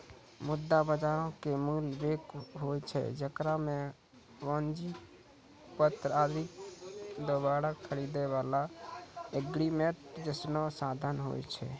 मुद्रा बजारो के मूल बैंक होय छै जेकरा मे वाणिज्यक पत्र आकि दोबारा खरीदै बाला एग्रीमेंट जैसनो साधन होय छै